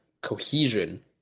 cohesion